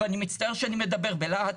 ואני מצטער שאני מדבר בלהט.